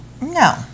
No